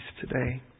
today